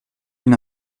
une